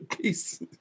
Peace